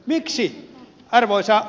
miksi arvoisa